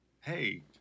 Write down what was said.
hey